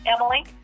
Emily